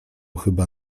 chyba